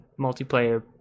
multiplayer